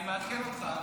אני מעדכן אותך,